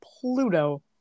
Pluto